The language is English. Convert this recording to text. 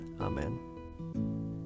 Amen